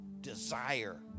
desire